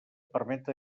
permet